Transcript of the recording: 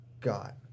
got